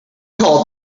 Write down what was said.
call